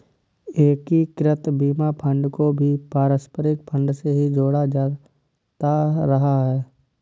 एकीकृत बीमा फंड को भी पारस्परिक फंड से ही जोड़ा जाता रहा है